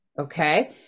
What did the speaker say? okay